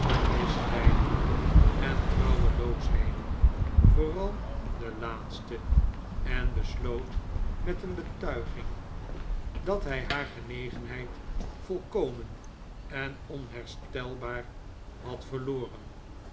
misleidingen en trouweloosheden vooral de laatste en besloot met een betuiging dat hij haar genegenheid volkomen en onherstelbaar had verloren